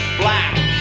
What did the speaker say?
black